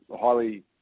highly